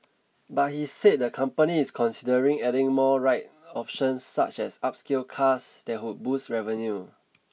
but he said the company is considering adding more ride options such as upscale cars that would boost revenue